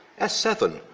S7